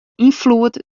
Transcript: ynfloed